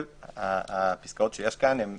כל הפסקאות שיש פה הן